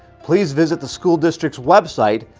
please visit the school district's website,